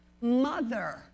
mother